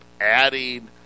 adding